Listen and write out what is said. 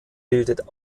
bildet